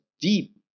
deep